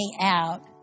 out